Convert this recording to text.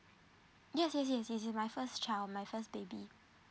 yes yes yes this is my first child my first baby